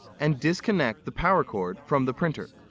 and disconnect the power cord from the printer.